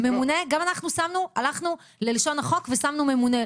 גם אנחנו הלכנו ללשון החוק ושמנו ממונה,